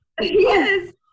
Yes